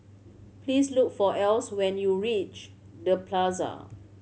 please look for Else when you reach The Plaza